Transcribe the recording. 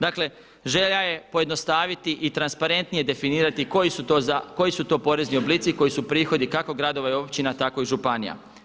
Dakle, želja je pojednostaviti i transparentnije definirati koji su to porezni oblici, koji su prihodi kako gradova i općina, tako i županija.